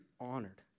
honored